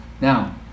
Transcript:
Now